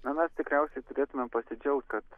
na mes tikriausiai turėtumėm pasidžiaugt kad